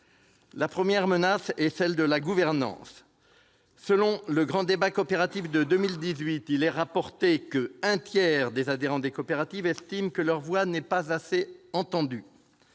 Je commencerai par évoquer la gouvernance. Lors du grand débat coopératif de 2018, il est apparu qu'un tiers des adhérents des coopératives estiment que leur voix n'est pas assez entendue.